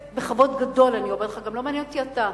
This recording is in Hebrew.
בכבוד גדול אני אומרת לך, גם לא מעניין אותי אתה.